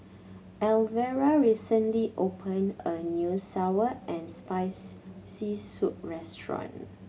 Elvera recently opened a new sour and spice C soup restaurant